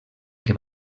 que